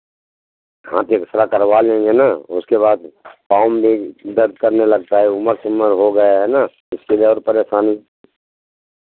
हाँ तो X ray करवा लेंगे ना उसके बाद पाँव में भी दर्द करने लगता है उम्र तुम्र हो गया है ना इसके लिए और परेशानी